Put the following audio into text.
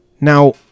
Now